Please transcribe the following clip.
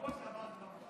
רגע, אני רוצה להבין.